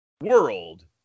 world